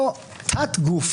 או תת-גוף,